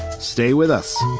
stay with us